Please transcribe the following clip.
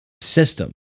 system